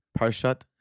Parshat